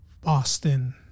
Boston